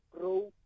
grow